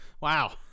wow